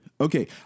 Okay